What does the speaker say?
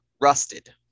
rusted